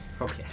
Okay